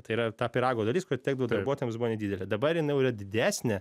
tai yra ta pyrago dalis kuri atitekdavo darbuotojams buvo nedidelė dabar jinai jau yra didesnė